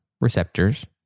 receptors